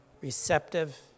receptive